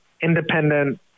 independent